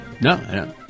No